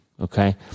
Okay